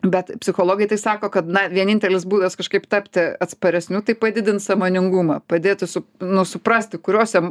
bet psichologai tai sako kad na vienintelis būdas kažkaip tapti atsparesniu tai padidint sąmoningumą padėti su nu suprasti kuriose